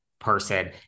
person